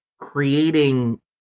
creating